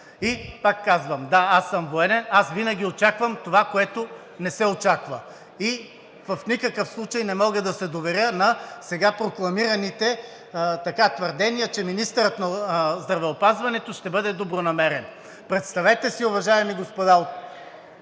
И пак казвам: да, аз съм военен, аз винаги очаквам това, което не се очаква. В никакъв случай не мога да се доверя на сега прокламираните твърдения, че министърът на здравеопазването ще бъде добронамерен. Представете си, уважаеми господа…